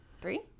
Three